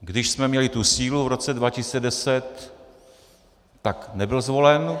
Když jsme měli tu sílu v roce 2010, tak nebyl zvolen.